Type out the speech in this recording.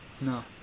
No